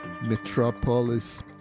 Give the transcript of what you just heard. Metropolis